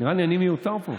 נראה לי שאני מיותר פה.